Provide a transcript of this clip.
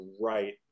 right